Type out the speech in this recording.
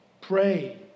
pray